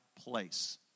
place